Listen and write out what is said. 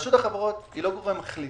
רשות החברות היא לא גורם מחליט.